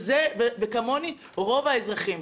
וכמוני רוב האזרחים.